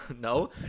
No